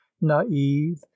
naive